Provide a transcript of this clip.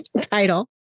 title